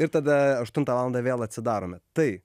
ir tada aštuntą valandą vėl atsidarome tai